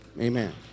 Amen